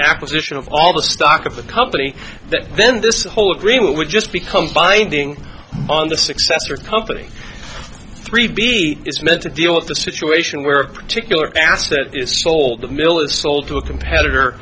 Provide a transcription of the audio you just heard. acquisition of all the stock of a company that then this whole agreement would just become binding on the successor company three b is meant to deal with a situation where a particular asset is sold the mill is sold to a competitor